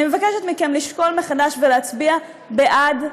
אני מבקשת מכם לשקול מחדש ולהצביע בעד.